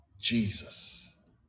Jesus